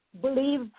believe